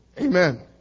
Amen